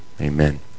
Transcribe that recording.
Amen